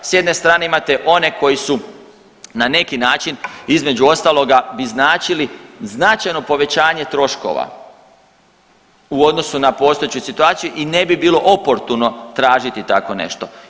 S jedne strane imate one koji su na neki način između ostaloga bi značili značajno povećanje troškova u odnosu na postojeću situaciju i ne bi bilo oportuno tražiti tako nešto.